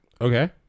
Okay